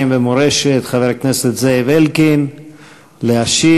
ומורשת חבר הכנסת זאב אלקין להשיב.